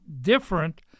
different